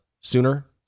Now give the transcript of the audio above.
sooner